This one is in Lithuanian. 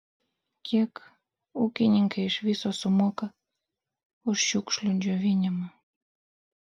kiek ūkininkai iš viso sumoka už šiukšlių džiovinimą